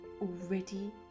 already